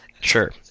Sure